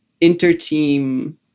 inter-team